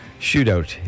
Shootout